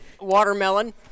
Watermelon